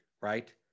right